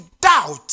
doubt